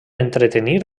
entretenir